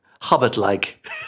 Hobbit-like